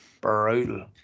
brutal